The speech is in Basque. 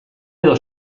edo